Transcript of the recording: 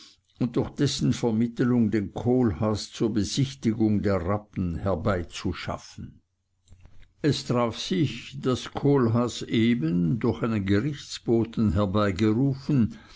und durch dessen vermittelung den kohlhaas zur besichtigung der rappen herbeizuschaffen es traf sich daß kohlhaas eben durch einen gerichtsboten herbeigerufen